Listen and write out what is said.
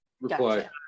reply